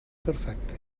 perfecte